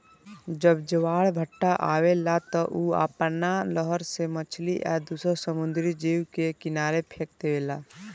जब ज्वार भाटा आवेला त उ आपना लहर से मछली आ दुसर समुंद्री जीव के किनारे फेक देवेला